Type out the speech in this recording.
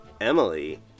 Emily